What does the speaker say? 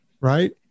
right